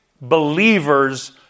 believers